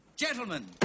Gentlemen